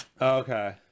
Okay